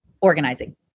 organizing